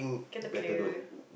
caterpillar